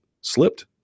slipped